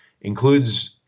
includes